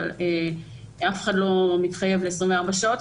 אבל אף אחד לא מתחייב על 24 שעות.